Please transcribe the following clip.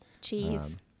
Cheese